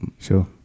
Sure